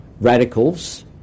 radicals